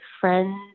friend